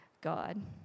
God